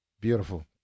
beautiful